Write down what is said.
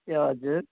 ए हजुर